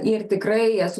ir tikrai esu